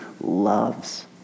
loves